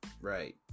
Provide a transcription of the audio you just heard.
Right